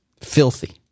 Filthy